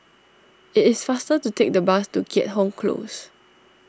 it is faster to take the bus to Keat Hong Close